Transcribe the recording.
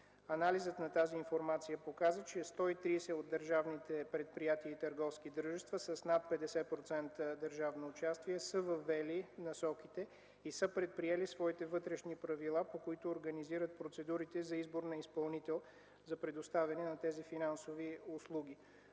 Анализът на тази информация показа, че 130 от държавните предприятия и търговски дружества са с над 50% държавно участие, въвели са насоките и са предприели своите вътрешни правила, по които организират процедурите за избор на изпълнител за предоставяне на тези финансови услуги.